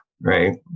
right